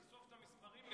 עכשיו תחשוף את המספרים.